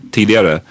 Tidigare